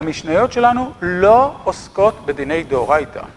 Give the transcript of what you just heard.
המשניות שלנו לא עוסקות בדיני דאורייתא.